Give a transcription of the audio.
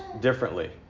differently